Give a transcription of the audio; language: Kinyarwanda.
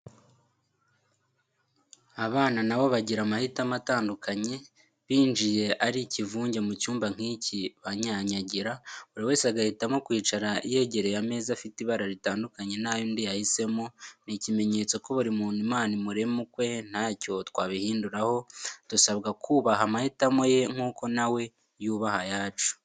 Abana na bo bagira amahitamo atandukanye, binjiye ari ikivunge mu cyumba nk'iki banyanyagira, buri wese agahitamo kwicara yegereye ameza afite ibara ritandukanye n'ayo undi yahisemo, ni ikimenyetso ko buri muntu Imana imurema ukwe, ntacyo twabihinduraho dusabwa kubaha amahitamo ye nk'uko na we yubaha ayacu.